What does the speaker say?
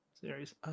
series